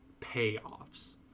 payoffs